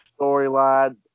storyline